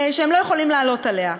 הם לא יכולים לעלות עליה.